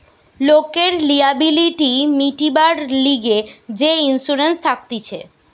লোকের লিয়াবিলিটি মিটিবার লিগে যে ইন্সুরেন্স থাকতিছে